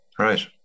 Right